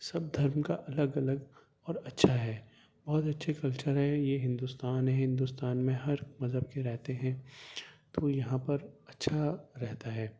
سب دھرم کا الگ الگ اور اچھا ہے بہت اچھے کلچر ہیں یہ ہندوستان ہے ہندوستان میں ہر مذہب کے رہتے ہیں تو یہاں پر اچھا رہتا ہے